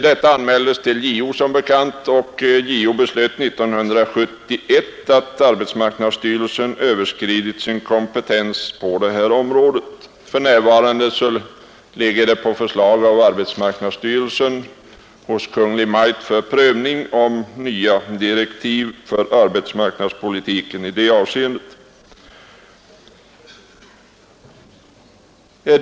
Detta anmäldes som bekant till JO, och JO fastställde 1971 att arbetsmarknadsstyrelsen överskridit sin kompetens på området. Förslag från arbetsmarknadsstyrelsen om nya direktiv för arbetsmarknadspolitiken i detta avseende ligger för närvarande hos Kungl. Maj:t för prövning.